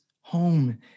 home